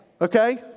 Okay